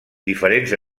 diferents